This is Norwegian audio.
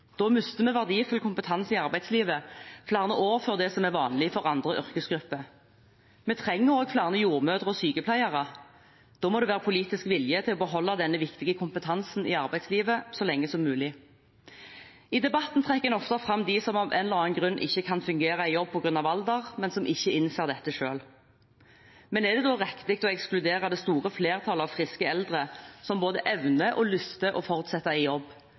Da mister vi verdifull kompetanse i arbeidslivet, flere år før det som er vanlig for andre yrkesgrupper. Vi trenger også flere jordmødre og sykepleiere. Da må det være politisk vilje til å beholde denne viktige kompetansen i arbeidslivet så lenge som mulig. I debatten trekker en ofte fram dem som av en eller annen grunn ikke kan fungere i jobb på grunn av alder, men som ikke innser dette selv. Er det da riktig å ekskludere det store flertallet av friske eldre som både evner og lyster å fortsette i jobb?